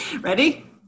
Ready